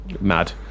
mad